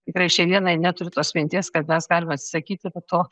tikrai šiai dienai neturiu tos minties kad mes galim atsisakyti va to